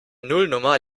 nullnummer